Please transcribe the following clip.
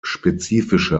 spezifische